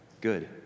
Good